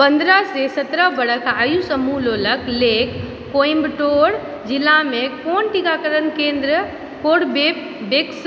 पन्द्रह से सत्रह बरष आयु समूहक लोककेँ लेल कोइम्बटोर जिलामे कोन टीकाकरण केंद्र कोरबेवेक्स